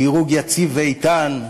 דירוג יציב ואיתן.